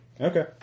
Okay